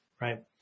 Right